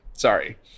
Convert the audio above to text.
Sorry